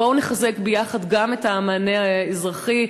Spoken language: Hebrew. בואו נחזק ביחד גם את המענה האזרחי.